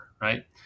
right